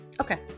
okay